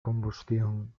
combustión